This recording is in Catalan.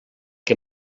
que